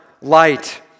light